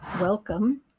welcome